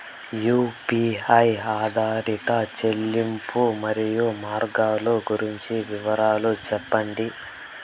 UPI ఆధారిత చెల్లింపులు, మరియు మార్గాలు గురించి వివరాలు సెప్పండి?